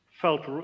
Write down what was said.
felt